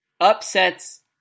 upsets